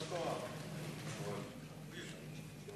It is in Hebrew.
ההצעה